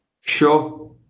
Sure